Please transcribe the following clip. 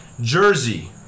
jersey